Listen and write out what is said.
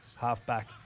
halfback